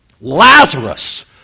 Lazarus